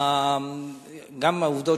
גם העובדות,